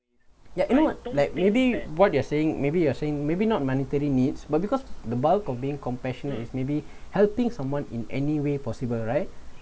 ya you know like maybe what you're saying maybe you are saying maybe not monetary needs but because the bulk of being compassionate is maybe helping someone in any way possible right